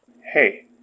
Hey